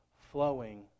flowing